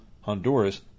Honduras